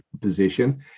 position